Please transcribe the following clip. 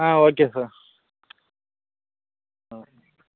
ஆ okay sir ஆ